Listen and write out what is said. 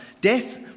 death